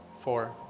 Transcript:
four